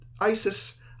ISIS